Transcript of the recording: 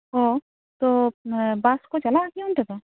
ᱚᱻ ᱛᱚ ᱵᱟᱥ ᱠᱚ ᱪᱟᱞᱟᱜᱼᱟ ᱠᱤ ᱚᱱᱛᱮ ᱫᱚ